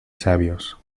sabios